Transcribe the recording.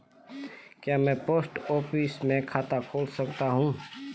क्या मैं post office में खाता खोल सकता हूँ?